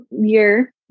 year